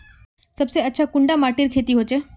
सबसे अच्छा कुंडा माटित खेती होचे?